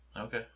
Okay